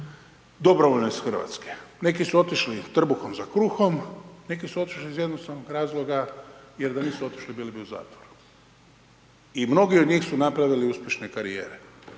dobrovoljno iz Hrvatske, neki su otišli trbuhom za kruhom, neki su otišli iz jednostavnog razloga jer da nisu otišli bili bi u zatvoru. I mnogi od njih su napravili uspješne karijere,